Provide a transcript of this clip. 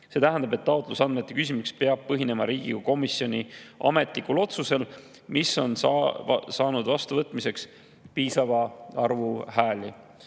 See tähendab, et taotlus andmete küsimiseks peab põhinema Riigikogu komisjoni ametlikul otsusel, mis on saanud vastuvõtmiseks piisava arvu hääli.